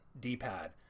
D-pad